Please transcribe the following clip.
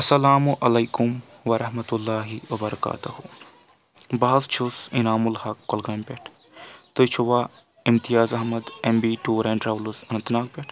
اَسَلامُ عَلیکُم وَرَحمَتُہ اللہِ وَبَرَکاتُہٗ بہٕ حٕظ چھُس انعامُ الحَق کۄلگامہِ پؠٹھ تُہۍ چھُوَ Imtiyaz Ahmad M B tour and travels Anantnag پؠٹھ